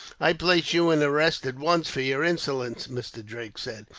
i place you in arrest at once, for your insolence, mr. drake said.